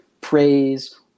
praise